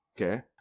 Okay